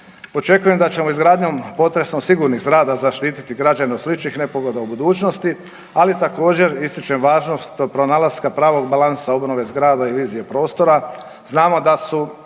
Očekujem da ćemo izgradnjom potresom sigurnih zgrada zaštititi građane od sličnih nepogoda u budućnosti, ali također ističem važnost pronalaska pravog balansa obnove zgrada i vizije prostora.